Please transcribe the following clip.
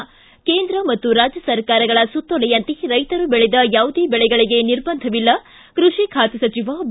ಿ ಕೇಂದ್ರ ಮತ್ತು ರಾಜ್ಯ ಸರ್ಕಾರಗಳ ಸುತ್ತೋಲೆಯಂತೆ ರೈತರು ಬೆಳೆದ ಯಾವುದೇ ಬೆಳೆಗಳಿಗೆ ನಿರ್ಬಂಧವಿಲ್ಲ ಕೃಷಿ ಖಾತೆ ಸಚಿವ ಬಿ